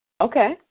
Okay